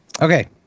Okay